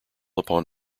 upon